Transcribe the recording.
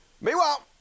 Meanwhile